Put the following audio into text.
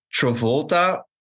Travolta